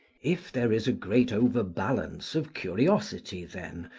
if there is a great overbalance of curiosity, then,